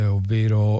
ovvero